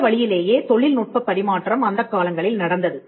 இந்த வழியிலேயே தொழில்நுட்பப் பரிமாற்றம் அந்தக் காலங்களில் நடந்தது